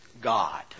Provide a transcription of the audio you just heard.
God